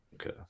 Okay